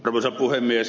arvoisa puhemies